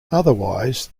otherwise